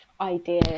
idea